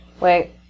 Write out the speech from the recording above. Wait